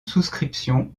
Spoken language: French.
souscription